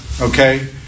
okay